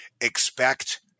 expect